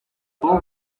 kugira